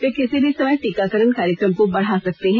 ये किसी भी समय टीकाकरण कार्यक्रम को बढ़ा सकते हैं